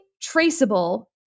traceable